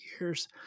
years